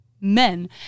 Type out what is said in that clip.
Men